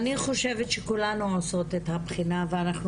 אני חושבת שכולנו עושות את הבחינה ואנחנו